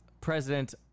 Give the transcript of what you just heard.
president